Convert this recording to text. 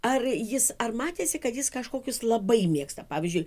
ar jis ar matėsi kad jis kažkokius labai mėgsta pavyzdžiui